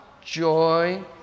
joy